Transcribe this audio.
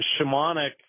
shamanic